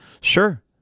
sure